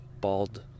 bald